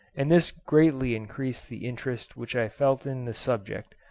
and this greatly increased the interest which i felt in the subject,